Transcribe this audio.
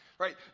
Right